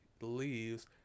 leaves